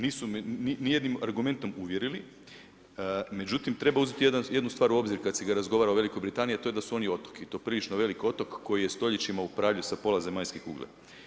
Nisu me ni jednim argumentom uvjerili međutim treba uzeti jednu stvar u obzir kada se razgovara o Velikoj Britaniji a to je da su oni otok i to prilično veliki otok koji je stoljećima upravljao sa pola zemaljske kugle.